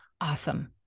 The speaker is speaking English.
awesome